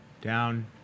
down